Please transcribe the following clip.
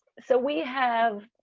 so we have.